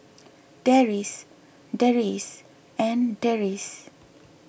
Deris Deris and Deris